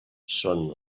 són